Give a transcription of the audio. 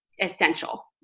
essential